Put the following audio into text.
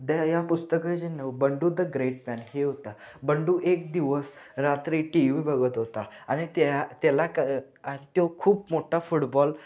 तर या पुस्तकाचे नाव बंडू द ग्रेट मॅन हे होतं बंडू एक दिवस रात्री टी वी बघत होता आणि त्या त्याला क त्यो खूप मोठा फुटबॉल